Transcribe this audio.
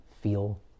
feel